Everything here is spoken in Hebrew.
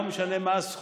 לא משנה מהו הסכום,